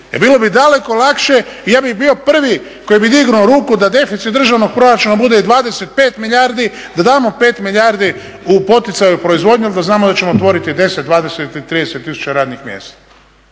bilo bi daleko lakše i ja bih bio prvi koji bi dignuto ruku da deficit državnog proračuna bude i 25 milijardi, da damo 5 milijardi u poticaj u proizvodnju ali da znamo da ćemo otvoriti 10, 20, 30 tisuća radnih mjesta.